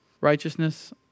Righteousness